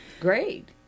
Great